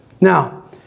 Now